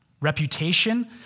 reputation